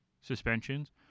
suspensions